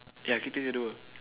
ya cactus edible